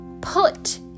put